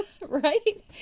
Right